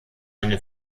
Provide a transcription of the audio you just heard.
eine